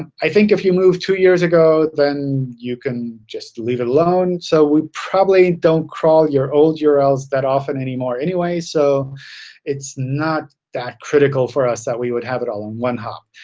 i think if you moved two years ago then you can just leave it alone. so we probably don't crawl your old urls that often anymore anyway. so it's not that critical for us that we would have it on one hop.